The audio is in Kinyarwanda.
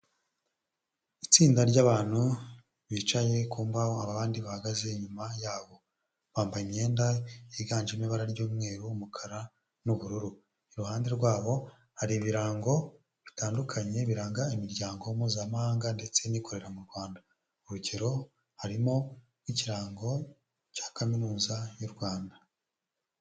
Itsinda ry'abantu bicaye ku mbaho, abandi bahagaze inyuma yabo; bambaye imyenda yiganjemo ibara ry'umweru, umukara, n'ubururu. Iruhande rwabo hari ibirango bitandukanye biranga imiryango mpuzamahanga ndetse n'ikorera mu Rwanda; urugero harimo nk'ikirango cya kaminuza y'u Rwanda.